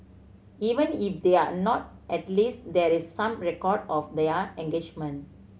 even if they're not at least there is some record of their engagement